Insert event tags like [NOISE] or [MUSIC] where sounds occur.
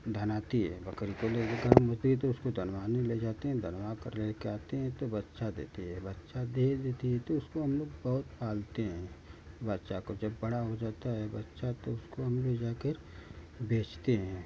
धनाती है बकरी को लेकिन [UNINTELLIGIBLE] उसको धनवानु ले जाते हैं धनवा कर ले कर आते हैं तो बच्चा देती है बच्चा दे देती है तो उसको हम लोग बहुत पालते हैं बच्चा को जब बड़ा हो जाता है बच्चा तो उसको हम ले जा कर बेचते हैं